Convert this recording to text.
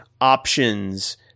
options